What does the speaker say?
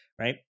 right